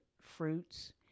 fruits